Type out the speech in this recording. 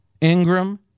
Ingram